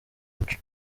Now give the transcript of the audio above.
umuco